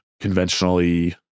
conventionally